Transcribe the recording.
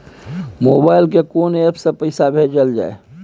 Mobile के कोन app से पैसा भेजल जाए?